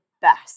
best